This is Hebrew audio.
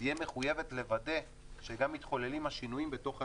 תהיה מחויבת לוודא שגם מתחוללים השינויים בתוך הלולים,